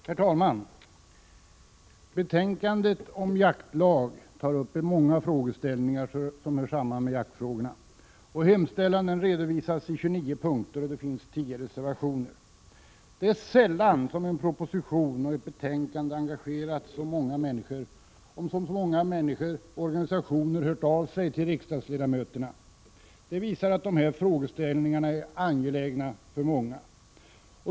Herr talman! Betänkandet om jaktlag tar upp många frågeställningar som hör samman med jaktfrågorna. Hemställan redovisas i 29 punkter, och det finns 10 reservationer. Sällan har en proposition och ett betänkande engagerat så många människor, och sällan har så många människor och organisationer hört av sig till riksdagsledamöterna. Det visar att dessa frågor är angelägna för många.